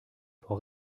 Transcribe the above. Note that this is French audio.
pour